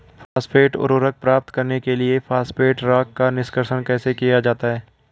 Phosphate उर्वरक प्राप्त करने के लिए फॉस्फेट रॉक का निष्कर्षण कैसे किया जाता है?